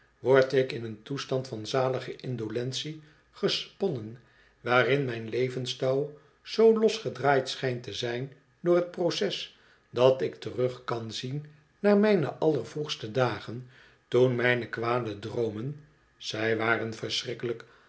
word ik in een toestand van zalige indolentie gesponnen waarin mijn levenstouw zoo los gedraaid schijnt te zijn door t proces dat ik terug kan zien naar mijne allervroegste dagen toen mijne kwade droom en zij waren verschrikkelijk